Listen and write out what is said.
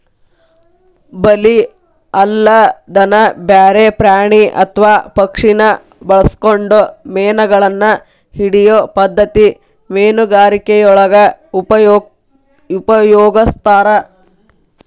ಬಲಿ ಅಲ್ಲದನ ಬ್ಯಾರೆ ಪ್ರಾಣಿ ಅತ್ವಾ ಪಕ್ಷಿನ ಬಳಸ್ಕೊಂಡು ಮೇನಗಳನ್ನ ಹಿಡಿಯೋ ಪದ್ಧತಿ ಮೇನುಗಾರಿಕೆಯೊಳಗ ಉಪಯೊಗಸ್ತಾರ